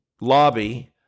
lobby